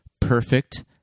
perfect